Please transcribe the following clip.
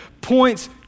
points